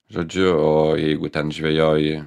žodžiu o jeigu ten žvejoji